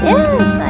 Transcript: Yes